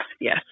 yes